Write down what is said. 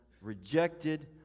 rejected